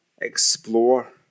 explore